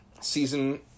season